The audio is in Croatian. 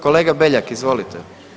Kolega Beljak izvolite.